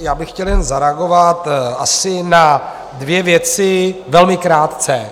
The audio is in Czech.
Já bych chtěl jen zareagovat asi na dvě věci, velmi krátce.